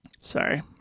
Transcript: sorry